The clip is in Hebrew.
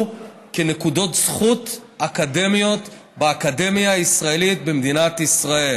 כנקודות זכות אקדמיות באקדמיה הישראלית במדינת ישראל.